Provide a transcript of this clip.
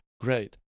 Great